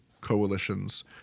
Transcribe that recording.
coalitions